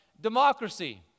democracy